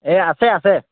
এই আছে আছে